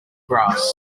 grass